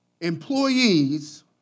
Employees